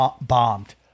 bombed